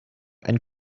and